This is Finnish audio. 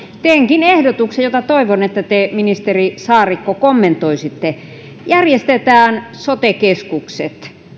teenkin ehdotuksen jota toivon että te ministeri saarikko kommentoisitte järjestetään sote keskukset